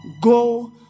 Go